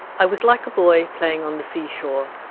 i was like a boy playing on the sea-shore,